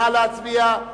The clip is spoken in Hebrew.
נא להצביע.